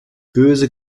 böse